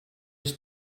its